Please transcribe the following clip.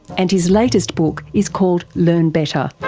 and his latest book is called learn better.